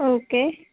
okay